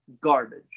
garbage